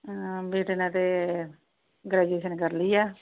ਬੇਟੇ ਨੇ ਤਾਂ ਗ੍ਰੈਜੂਏਸ਼ਨ ਕਰ ਲਈ ਹੈ